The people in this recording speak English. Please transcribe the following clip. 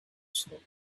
slowly